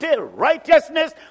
righteousness